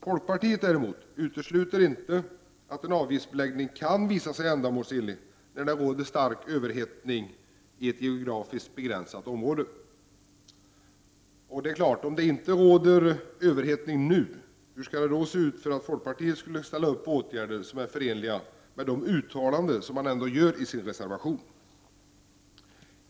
Folkpartiet däremot utesluter inte att en avgiftsbeläggning kan visa sig ändamålsenlig när det råder stark överhettning i ett geografiskt begränsat område. Om det inte råder överhettning nu, hur skall det då se ut för att folkpartiet skall ställa upp på åtgärder som är förenliga med de uttalanden som man gör i sin reservation?